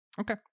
Okay